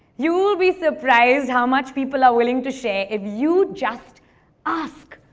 you will be surprised how much people are willing to share if you just ask.